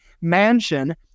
mansion